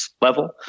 level